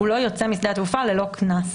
הוא לא יוצא ללא קנס.